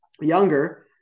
younger